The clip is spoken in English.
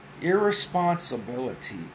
irresponsibility